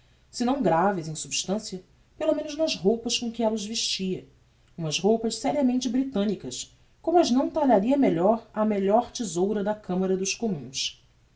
se não graves em substancia pelo menos nas roupas com que ella os vestia umas roupas seriamente britannicas como as não talharia melhor a melhor tesoura da camara dos communs